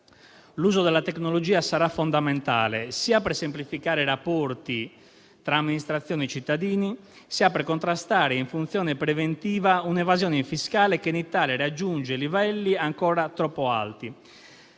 L'uso della tecnologia sarà fondamentale, sia per semplificare i rapporti tra amministrazione e cittadini, sia per contrastare, in funzione preventiva, un'evasione fiscale, che in Italia raggiunge livelli ancora troppo alti.